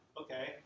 okay